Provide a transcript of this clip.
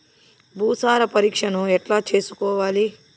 భూసార పరీక్షను ఎట్లా చేసుకోవాలి?